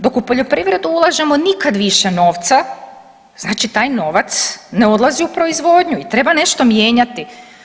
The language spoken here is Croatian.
Dok u poljoprivredu ulažemo nikad više novca, znači taj novac ne odlazi u proizvodnju i treba nešto mijenjati.